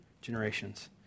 generations